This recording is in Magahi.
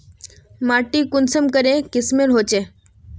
माटी कुंसम करे किस्मेर होचए?